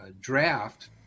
draft